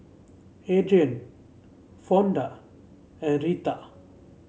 Adrian Fonda and Retha